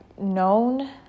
known